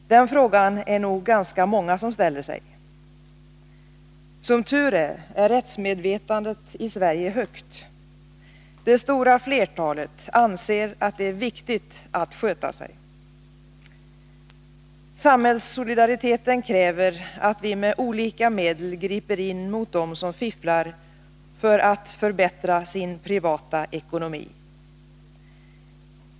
Den frågan är det nog ganska många som ställer sig. Som tur är, är rättsmedvetandet i Sverige högt. Det stora flertalet anser att det är viktigt att sköta sig. Samhällssolidariteten kräver att vi med olika medel griper in mot dem som fifflar för att förbättra sin privata ekonomi.